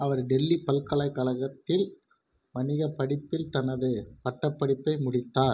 அவர் டெல்லி பல்கலைக்கழகத்தில் வணிக படிப்பில் தனது பட்டப்படிப்பை முடித்தார்